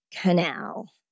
canal